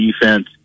defense